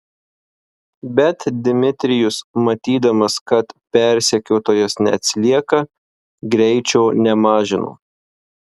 bet dmitrijus matydamas kad persekiotojas neatsilieka greičio nemažino